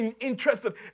interested